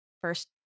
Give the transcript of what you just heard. first